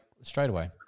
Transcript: straightaway